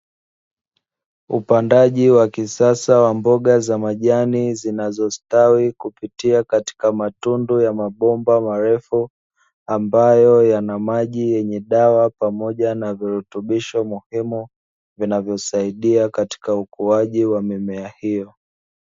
Upandaji wa kisasa wa mboga za majani zinazostawi kupitia katika matundu ya mabomba marefu, ambayo yana maji yenye dawa pamoja na virutubisho muhimu, vinavyosaidia katika ukuaji wa mimea hiyo.